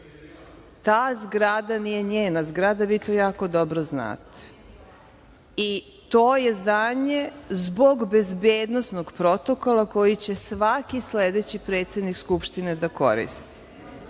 Ta zgrada nije njena zgrada, vi to jako dobro znate, i to je zdanje zbog bezbednosnog protokola koji će svaki sledeći predsednik Skupštine da koristi. Ovo